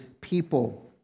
people